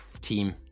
team